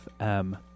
FM